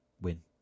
win